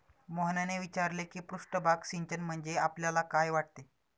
मोहनने विचारले की पृष्ठभाग सिंचन म्हणजे आपल्याला काय वाटते?